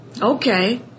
Okay